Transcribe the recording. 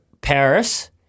Paris